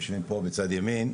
שהם יושבים פה בצד ימין,